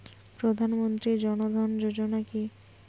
প্রধান মন্ত্রী জন ধন যোজনা কি?